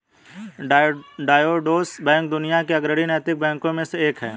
Triodos bank दुनिया के अग्रणी नैतिक बैंकों में से एक है